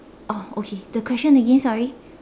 oh okay the question again sorry